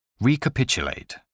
Recapitulate